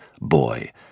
Boy